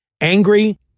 angry